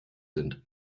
sind